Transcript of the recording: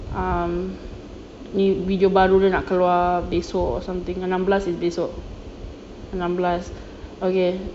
um ni video baru dia nak keluar besok or something enam belas is besok enam belas okay